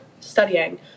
studying –